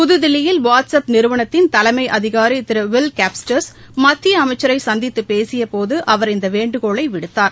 புதுதில்லியில் WhatsApp நிறுவனத்தின் தலைமை அதிகாரி திரு வில் கேப்சொ்ட்ஸ் மத்திய அமைச்சரை சந்தித்து பேசியபோது அவர் இந்த வேண்டுகோளை விடுத்தார்